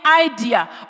idea